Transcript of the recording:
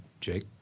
Jake